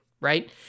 right